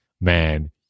man